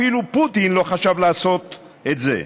אפילו פוטין לא חשב לעשות את זה.